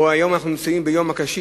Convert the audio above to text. או, היום אנחנו ביום הקשיש,